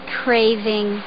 craving